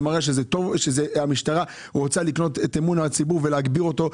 זה מראה שהמשטרה רוצה לקנות את אמון הציבור ולהגביר אותו,